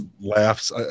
laughs